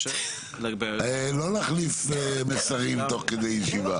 לא להחליף מסרים תוך כדי ישיבה.